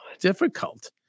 difficult